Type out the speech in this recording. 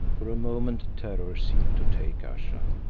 for a moment terror seemed to take ayesha,